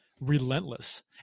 relentless